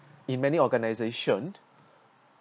in many organisation